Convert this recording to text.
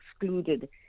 excluded